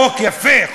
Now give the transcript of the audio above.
חוק יפה,